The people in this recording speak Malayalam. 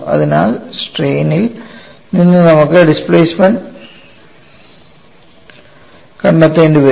അതിനാൽ സ്ട്രെയിനിൽ നിന്ന് നമുക്ക് ഡിസ്പ്ലേസ്മെൻറ് കണ്ടെത്തേണ്ടി വരും